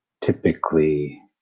typically